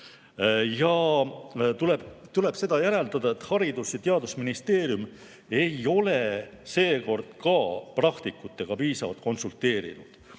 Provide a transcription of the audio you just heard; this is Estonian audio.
Tuleb järeldada seda, et Haridus‑ ja Teadusministeerium ei ole seekord praktikutega piisavalt konsulteerinud.